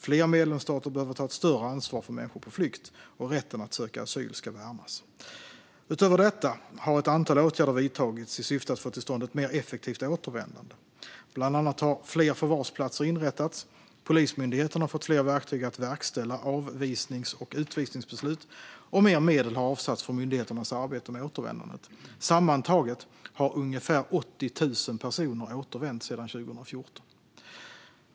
Fler medlemsstater behöver ta ett större ansvar för människor på flykt. Rätten att söka asyl ska också värnas. Utöver detta har ett antal åtgärder vidtagits i syfte att få till stånd ett mer effektivt återvändande. Bland annat har fler förvarsplatser inrättats, Polismyndigheten har fått fler verktyg att verkställa avvisnings och utvisningsbeslut och mer medel har avsatts för myndigheternas arbete med återvändandet. Sammantaget har ungefär 80 000 personer återvänt sedan 2014.